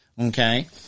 Okay